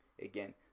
again